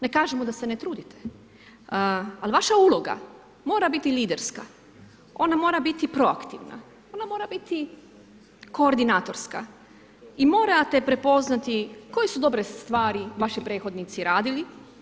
Ne kažemo da se ne trudite, ali vaša uloga mora biti liderska, ona mora biti proaktivna, ona mora biti koordinatorska i morate prepoznati koje su dobre stvari vaši prethodnici radili.